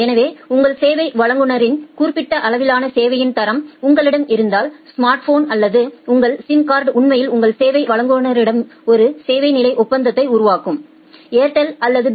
எனவே உங்கள் சேவை வழங்குநரின் குறிப்பிட்ட அளவிலான சேவையின் தரம் உங்களிடம் இருந்தால் ஸ்மார்ட்போன் அல்லது உங்கள் சிம் கார்டு உண்மையில் உங்கள் சேவை வழங்குநருடன் ஒரு சேவை நிலை ஒப்பந்தத்தை உருவாக்கும் ஏர்டெல் அல்லது பி